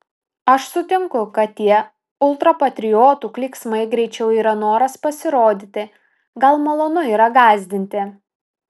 aš sutinku kad tie ultrapatriotų klyksmai greičiau yra noras pasirodyti gal malonu yra gąsdinti